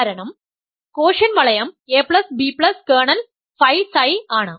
കാരണം കോഷ്യന്റ് വലയം ab kernel ΦΨ ആണ്